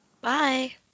Bye